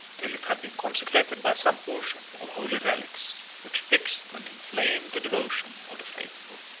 till it had been consecrated by some portion of holy relics, which fixed and inflamed the devotion of the faithful.